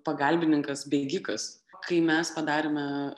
pagalbininkas bėgikas kai mes padarėme